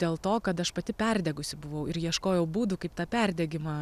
dėl to kad aš pati perdegusi buvau ir ieškojau būdų kaip tą perdegimą